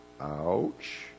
Ouch